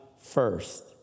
first